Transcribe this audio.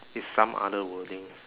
it's some other wordings